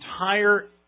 entire